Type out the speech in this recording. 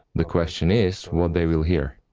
the question is, what they will hear.